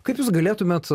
kaip jūs galėtumėt